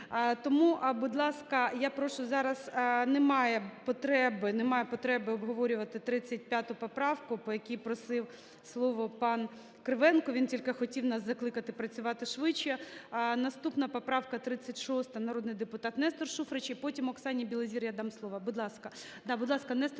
Тому, будь ласка, я прошу… зараз немає потреби, немає потреби обговорювати 35 поправку, по якій просив слово пан Кривенко, він тільки хотів нас закликати працювати швидше. Наступна - поправка 36, народний депутат Нестор Шуфрич. І потім Оксані Білозір я дам слово. Будь ласка.